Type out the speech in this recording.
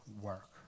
work